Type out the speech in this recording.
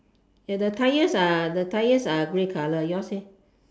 ya the tires are the tires are grey colour yours leh